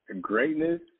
greatness